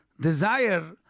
desire